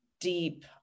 deep